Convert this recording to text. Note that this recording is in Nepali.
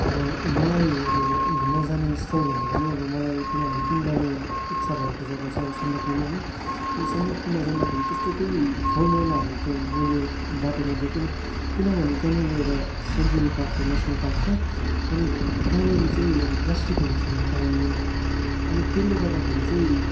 अब मलाई अब घुम्न जाने स्थल भनेको नै अब मलाई एकदमै हाइकिङ गर्ने इच्छा भएको जग्गा चाहिँ अब सन्दकपुर नै हो र सन्दकपुरमा जाँदाखेरि त्यस्तो केहीफोहोर मैलाहरू त मैले बाटोमा देखिनँ किनभने त्यहाँनिर एउटा स्यान्चुरी पार्क छ नेसनल पार्क छ अनि त्यहाँनिर चाहिँ अब प्लास्टिकहरू फ्याँक्न पाइँदैन अनि त्यसले गर्दाखेरि चाहिँ